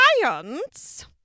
science